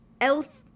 elf